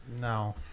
No